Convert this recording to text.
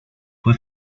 fue